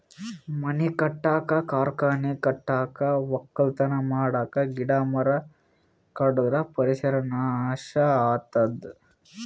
ಮನಿ ಕಟ್ಟಕ್ಕ್ ಕಾರ್ಖಾನಿ ಕಟ್ಟಕ್ಕ್ ವಕ್ಕಲತನ್ ಮಾಡಕ್ಕ್ ಗಿಡ ಮರ ಕಡದ್ರ್ ಪರಿಸರ್ ನಾಶ್ ಆತದ್